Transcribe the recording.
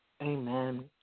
Amen